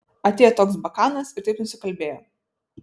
atėjo toks bakanas ir taip nusikalbėjo